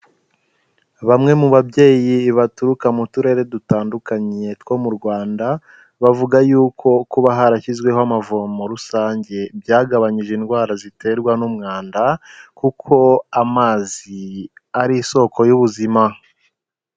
Bamwe mu babyeyi baturuka mu turere dutandukanye two mu Rwanda, bavuga y'uko kuba harashyizweho amavomo rusange byagabanyije indwara ziterwa n'umwanda, kuko amazi ari isoko y'ubuzima.